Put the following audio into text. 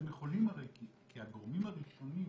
הגורמים הראשונים,